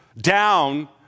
down